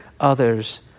others